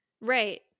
right